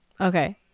Okay